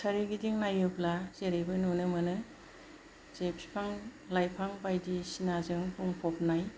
सोरगिदिं नायोब्ला जेरैबो नुनो मोनो जे बिफां लाइफां बायदिसिनाजों बुंफबनाय